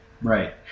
Right